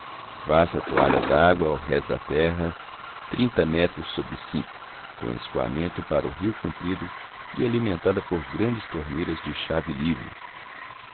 vasta toalha dágua ao rés da terra trinta metros sobre cinco com escoamento para o rio comprido e alimentada por grandes torneiras de chave livre